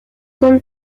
son